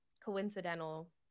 coincidental